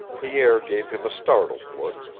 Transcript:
pierre gave him a startled look.